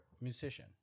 musician